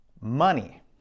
money